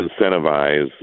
incentivize